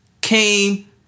came